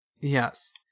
Yes